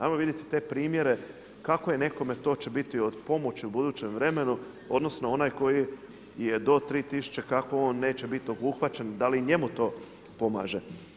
Ajmo vidjeti te primjere kako je nekome, to će biti od pomoći u budućem vremenu, odnosno onaj koji je do 3 tisuće kako on neće biti obuhvaćen, da li i njemu to pomaže.